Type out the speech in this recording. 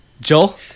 Joel